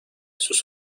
sus